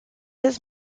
his